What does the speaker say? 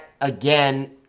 again